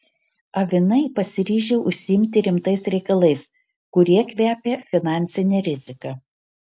avinai pasiryžę užsiimti rimtais reikalais kurie kvepia finansine rizika